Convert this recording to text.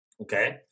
okay